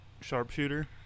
sharpshooter